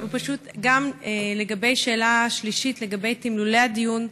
פשוט גם לגבי השאלה השלישית, לגבי תמלולי הדיון,